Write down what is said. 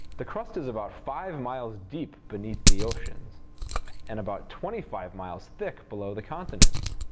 the crust is about five miles deep beneath the oceans and about twenty five miles thick below the continents.